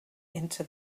into